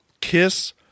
Kiss